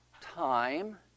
time